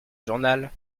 journal